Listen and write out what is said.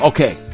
Okay